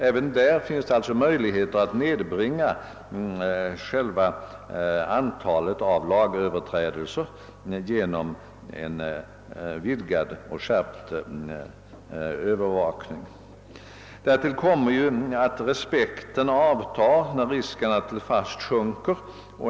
Även i detta fall finns det alltså möjligheter att nedbringa antalet lagöverträdelser genom en vidgad och skärpt övervakning. Därtill kommer att respekten för trafikreglerna avtar när riskerna att bli fast minskar.